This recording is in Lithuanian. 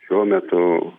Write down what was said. šiuo metu